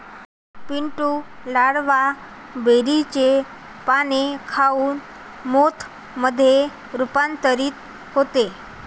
Pintu larva मलबेरीचे पाने खाऊन मोथ मध्ये रूपांतरित होते